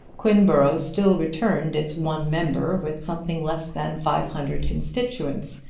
quinborough still returned its one member with something less than five hundred constituents,